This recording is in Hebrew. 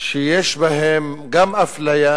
שיש בהם גם אפליה